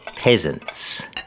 peasants